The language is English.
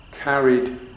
carried